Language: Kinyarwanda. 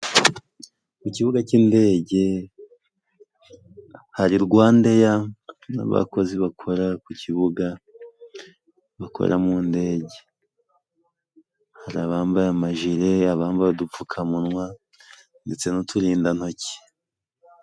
Ku kibuga cy'indege hari Rwandeya n'abakozi bakora ku kibuga bakora mu ndege, hari abambaye amajire, abambaye udupfukamunwa ndetse n'uturindantoki.